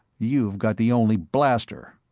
you've got the only blaster!